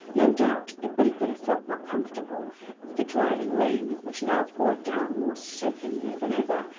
no doubt it would have been a thought more comfortable if the driving rain, which now poured down more soakingly than ever,